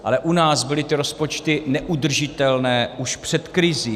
Ale u nás byly ty rozpočty neudržitelné už před krizí.